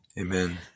Amen